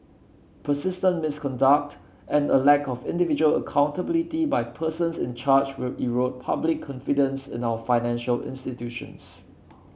persistent misconduct and a lack of individual accountability by persons in charge will erode public confidence in our financial institutions